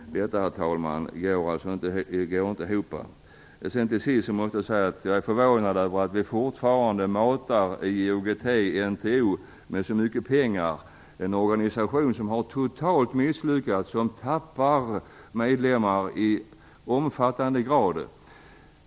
Detta, herr talman, går inte ihop! Till sist måste jag säga att jag är förvånad över att vi fortfarande matar IOGT/NTO med så mycket pengar. Det är en organisation som totalt har misslyckats, som tappar medlemmar i stor omfattning.